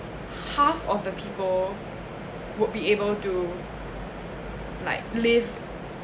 half of the people would be able to like live